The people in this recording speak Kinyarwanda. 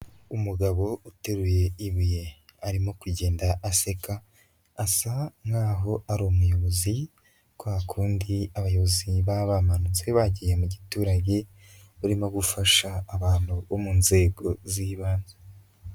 Umugabo uteruye ibuye arimo kugenda aseka asa nkaho ari umuyobozi, kwa kundi abayobozi baba bamanutse bagiye mu giturage barimo gufasha abantu bo mu nzego z'ibanze.